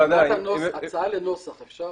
הצעה לנוסח אפשר?